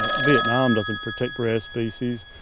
ah vietnam doesn't protect rare species,